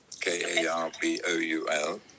K-A-R-B-O-U-L